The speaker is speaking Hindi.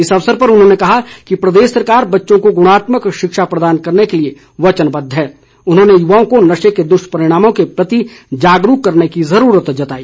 इस अवसर पर उन्होंने कहा कि प्रदेश सरकार बच्चों को गुणात्मक शिक्षा प्रदान करने के लिए वचनबद्ध है और उन्होंने युवाओं को नशे के दुष्परिणामों के प्रति जागरूक करने की जरूरत बताई